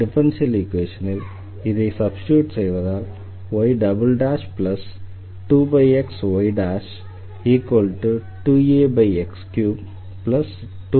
எனவே டிஃபரன்ஷியல் ஈக்வேஷனில் சப்ஸ்டிடியூட் செய்வதால் y2xy 2Ax32x0 என கிடைக்கிறது